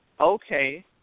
okay